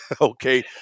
Okay